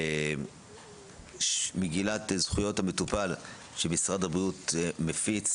מגילת זכויות המטופל שמשרד הבריאות מפיץ,